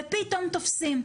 ופתאום תופסים.